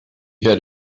had